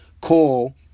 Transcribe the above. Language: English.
call